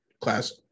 class